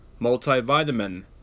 multivitamin